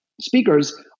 speakers